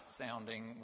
sounding